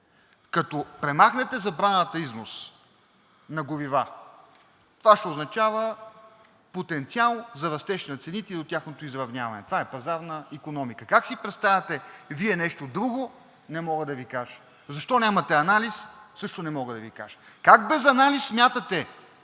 Като премахнете забраната „износ на горива“, това ще означава потенциал за растеж на цените и тяхното изравняване. Това е пазарна икономика. Как си представяте Вие нещо друго, не мога да Ви кажа. Защо нямате анализ, също не мога да Ви кажа. Как без анализ смятате,